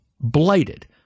blighted